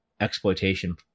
exploitation